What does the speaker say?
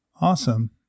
Awesome